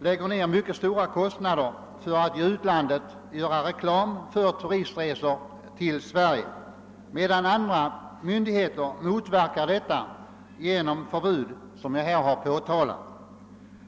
lägger ner mycket stora kostnader på att i utlandet göra reklam för turistresor till Sverige, medan andra myndigheter motverkar detta genom sådana förbud som jag här har påtalat.